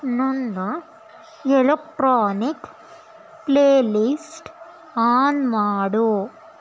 ನನ್ನ electronic playlist on ಮಾಡು